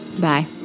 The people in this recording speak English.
Bye